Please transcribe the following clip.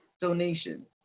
donation